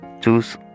choose